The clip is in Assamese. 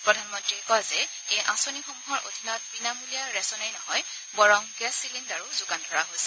প্ৰধানমন্ত্ৰীয়ে কয় যে এই আঁচনিসমূহৰ অধীনত বিনামূলীয়া ৰেচনেই নহয় বৰং গেছ চিলিণ্ডাৰো যোগান ধৰা হৈছে